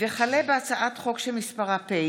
אופיר סופר ובצלאל סמוטריץ';